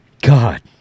God